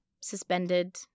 suspended